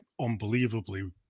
unbelievably